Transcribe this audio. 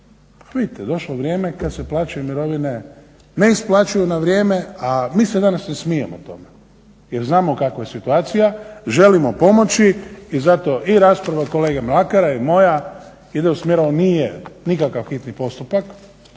vidite došlo vrijeme kad se plaće i mirovine ne isplaćuju na vrijeme, a mi se danas ne smijemo tome, jer znamo u kakva je situacija, želimo pomoći i zato i rasprava kolege Mlakara i moja ide u smjeru, al nije nikakav hitni postupak,